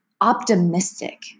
optimistic